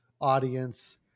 audience